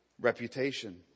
reputation